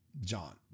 John